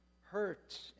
hurt